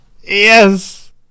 Yes